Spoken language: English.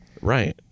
Right